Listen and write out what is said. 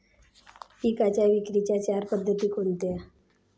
पिकांच्या विक्रीच्या चार पद्धती कोणत्या?